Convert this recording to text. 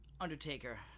Undertaker